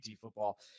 football